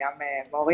גם מור,